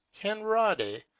Henrade